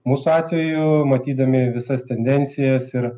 mūsų atveju matydami visas tendencijas ir